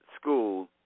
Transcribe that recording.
school